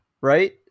right